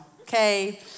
okay